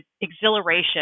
exhilaration